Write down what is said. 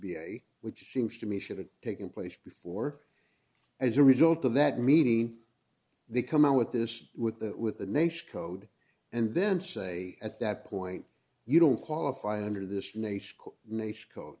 be a which seems to me should have taken place before as a result of that meeting they come out with this with the with the nation code and then say at that point you don't qualify under this n